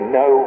no